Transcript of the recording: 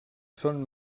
són